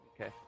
okay